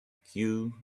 queue